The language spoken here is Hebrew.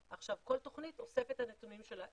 כל תוכנית אוספת את הנתונים האלה.